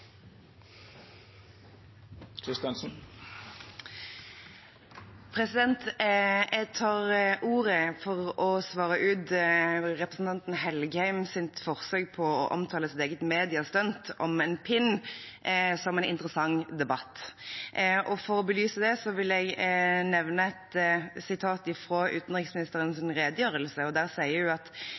Jeg tar ordet for å svare på representanten Engen-Helgheims forsøk på å omtale sitt eget mediestunt om en pin som en interessant debatt. For å belyse det vil jeg sitere fra utenriksministerens redegjørelse. Der sier hun: «Det er derfor bekymringsfullt at